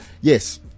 yes